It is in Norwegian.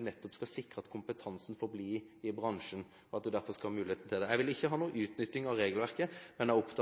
er nettopp å sikre at kompetansen forblir i bransjen, at en skal ha muligheten til det. Jeg vil ikke ha noen utnytting av regelverket, men er opptatt